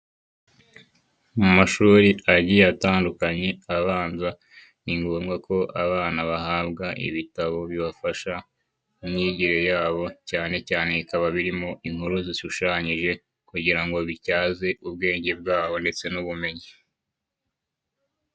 Mu mashuri agiye atandukanye abanza, ni ngombwa ko abanyeshuri bahabwa ibitabo bibafasha mu myigire yabo, cyane cyane bikaba birimo inkuru zishushanyije kugira ngo bityaze ubwenge bwabo ndetse n'ubumenyi.